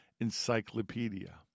Encyclopedia